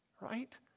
Right